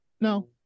No